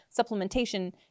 supplementation